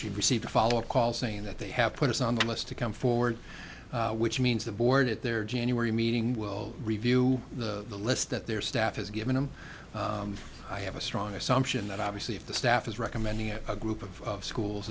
she received a follow up call saying that they have put us on the list to come forward which means the board at their january meeting will review the list that their staff has given them i have a strong assumption that obviously if the staff is recommending at a group of schools